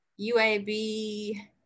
UAB